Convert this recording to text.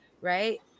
Right